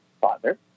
father